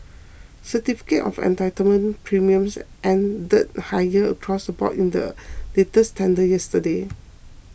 certificate of entitlement premiums ended higher across the board in the latest tender yesterday